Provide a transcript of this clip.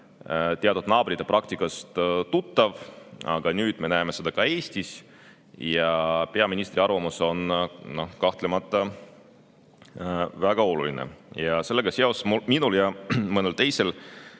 teatud naabrite praktikast tuttav, aga nüüd me näeme seda ka Eestis ja peaministri arvamus on kahtlemata väga oluline. Sellega seoses on minul ja mõnel teisel